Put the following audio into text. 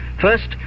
First